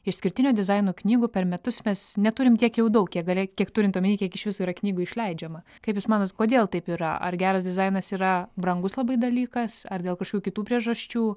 išskirtinio dizaino knygų per metus mes neturim tiek jau daug kiek galė kiek turint omenyje kiek iš viso yra knygų išleidžiama kaip jūs manot kodėl taip yra ar geras dizainas yra brangus labai dalykas ar dėl kažkokių kitų priežasčių